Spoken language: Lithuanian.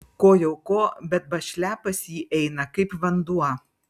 ko jau ko bet bašlia pas jį eina kaip vanduo